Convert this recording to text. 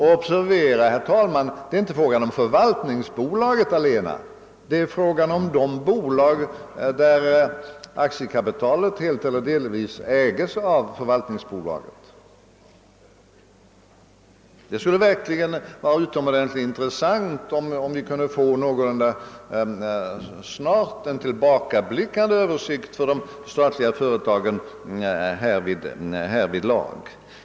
För observera herr talman, att det inte allena är fråga om Förvaltningsbolaget utan också om de företag där aktiekapitalet helt eller delvis ägs av detta bolag. Det skulle verkligen vara intressant, om vi snart kunde få en tillbakablickande översikt över de statliga företagen härvidlag.